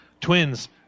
twins